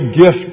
gift